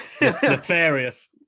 nefarious